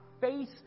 face